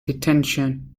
detention